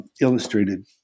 illustrated